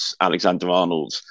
Alexander-Arnold